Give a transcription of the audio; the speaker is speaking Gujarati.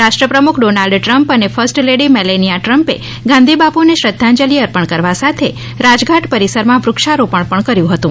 રાષ્ટ્ર પ્રમુખ ડોનાલ્ડ ટ્રમ્પ અને ફર્સ્ટ લેડી મેલાનિયા ટ્રમ્પે ગાંધી બાપુ ને શ્રદ્ધાંજલી અર્પણ કરવા સાથે રાજઘાટ પરિસર માં વૃક્ષારોપણ પણ કર્યું હતું